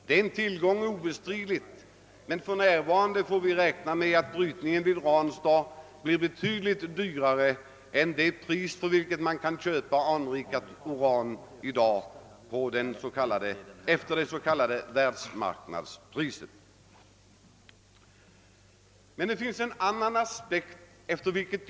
Denna anläggning är obestridligen en tillgång, men för närvarande får vi räkna med att kostnaderna för brytningen vid Ranstad blir betydligt högre än det pris för vilket man i dag kan köpa anrikat uran efter det s.k. världsmarknadspriset. Det finns dock en annan aspekt på detta.